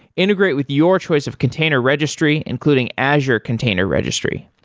integrate with your choice of container registry, including azure container registry.